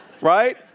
Right